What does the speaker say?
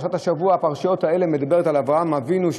פרשת השבוע מדברת על אברהם אבינו,